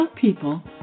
people